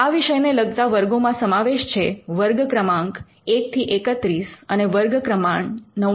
આ વિષયને લગતા વર્ગોમાં સમાવેશ છે વર્ગ ક્રમાંક 1 થી 31 અને વર્ગ ક્રમાંક 99 નો